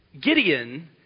Gideon